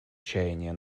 чаяния